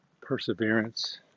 perseverance